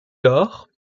lors